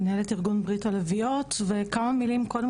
מנהלת ארגון ברית הלביאות ואני רוצה להגיד כמה מילים קודם